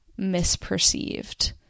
misperceived